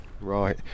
right